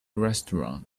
restaurant